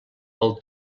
pel